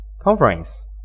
conference